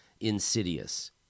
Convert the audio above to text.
insidious